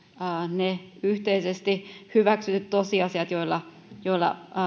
ne yhteisesti hyväksytyt tosiasiat joilla joilla